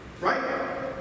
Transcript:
Right